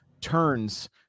turns